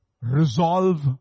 Resolve